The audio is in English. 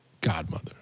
godmother